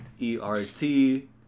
E-R-T